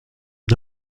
une